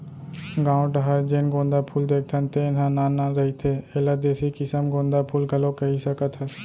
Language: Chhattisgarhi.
गाँव डाहर जेन गोंदा फूल देखथन तेन ह नान नान रहिथे, एला देसी किसम गोंदा फूल घलोक कहि सकत हस